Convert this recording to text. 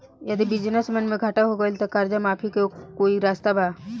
यदि बिजनेस मे घाटा हो गएल त कर्जा माफी के कोई रास्ता बा?